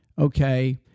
okay